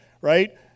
Right